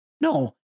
No